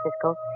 Francisco